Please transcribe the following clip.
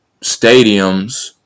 stadiums